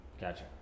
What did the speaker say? Gotcha